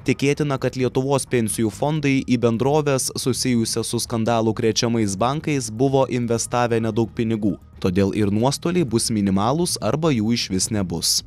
tikėtina kad lietuvos pensijų fondai į bendroves susijusias su skandalų krečiamais bankais buvo investavę nedaug pinigų todėl ir nuostoliai bus minimalūs arba jų išvis nebus